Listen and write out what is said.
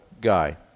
guy